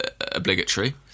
obligatory